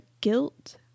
guilt